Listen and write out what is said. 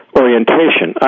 orientation